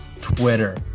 Twitter